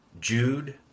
Jude